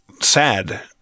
sad